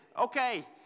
okay